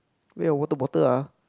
where your water bottle ah